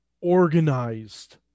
organized